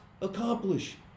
accomplish